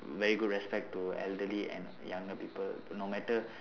very good respect to elderly and younger people no matter